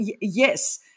yes